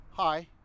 Hi